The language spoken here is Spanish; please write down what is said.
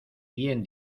bien